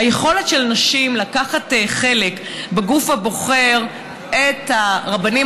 היכולת של נשים לקחת חלק בגוף הבוחר את הרבנים